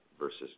versus